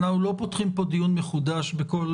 אנחנו לא פותחים פה דיון מחודש בכל